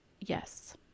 yes